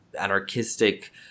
anarchistic